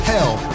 Hell